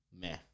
meh